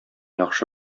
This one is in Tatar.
яхшы